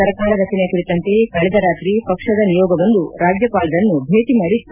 ಸರ್ಕಾರ ರಚನೆ ಕುರಿತಂತೆ ಕಳೆದ ರಾತ್ರಿ ಪಕ್ಷದ ನಿಯೋಗವೊಂದು ರಾಜ್ಯಪಾಲರನ್ನು ಭೇಟ ಮಾಡಿತ್ತು